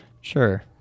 Sure